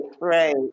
right